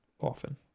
often